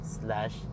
slash